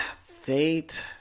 Fate